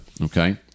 Okay